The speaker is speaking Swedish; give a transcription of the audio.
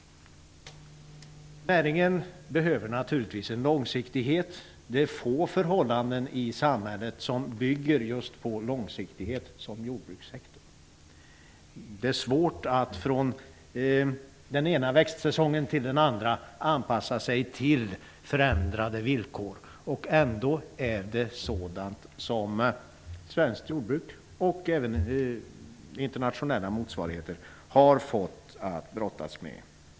Näringen behöver en långsiktighet. Det är få förhållanden i samhället som bygger på långsiktighet på samma sätt som just jordbrukssektorn. Det är svårt att från den ena växtsäsongen till den andra anpassa sig till förändrade villkor. Ändå är det sådant som svenskt jordbruk och även internationella motsvarigheter har fått brottas med.